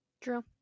True